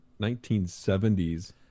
1970s